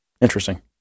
Interesting